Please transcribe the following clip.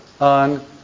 on